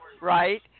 right